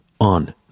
on